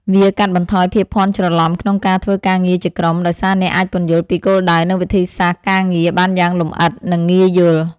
វាកាត់បន្ថយភាពភាន់ច្រឡំក្នុងការធ្វើការងារជាក្រុម ដោយសារអ្នកអាចពន្យល់ពីគោលដៅ និងវិធីសាស្ត្រការងារបានយ៉ាងលម្អិត និងងាយយល់។